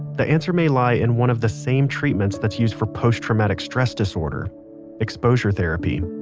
the answer may lie in one of the same treatments that's used for post-traumatic stress disorder exposure therapy